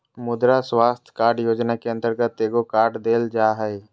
मुद्रा स्वास्थ कार्ड योजना के अंतर्गत एगो कार्ड देल जा हइ